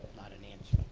not an answer.